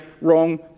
wrong